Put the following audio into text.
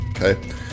Okay